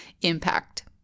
impact